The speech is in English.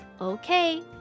Okay